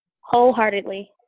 Wholeheartedly